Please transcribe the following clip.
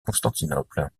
constantinople